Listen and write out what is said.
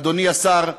אדוני השר,